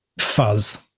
fuzz